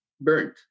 burnt